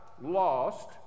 lost